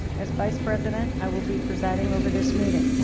as vice president i will be presiding over this meeting.